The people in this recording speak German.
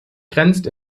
grenzt